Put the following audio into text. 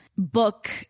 book